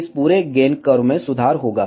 इस पूरे gain curve में सुधार होगा